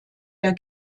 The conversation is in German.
der